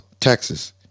texas